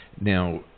Now